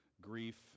grief